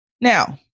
Now